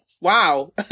wow